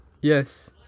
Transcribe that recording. Yes